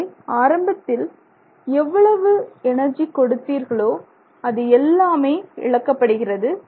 எனவே ஆரம்பத்தில் எவ்வளவு எனர்ஜி கொடுத்தீர்களோ அது எல்லாமே இழக்கப்படுகிறது